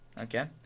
Okay